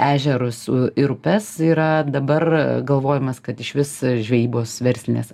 ežerus ir upes yra dabar galvojimas kad išvis žvejybos verslinės